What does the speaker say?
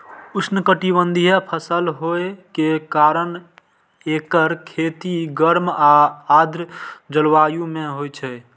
उष्णकटिबंधीय फसल होइ के कारण एकर खेती गर्म आ आर्द्र जलवायु मे होइ छै